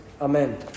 Amen